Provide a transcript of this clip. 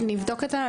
נבדוק את זה.